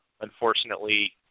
unfortunately